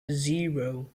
zero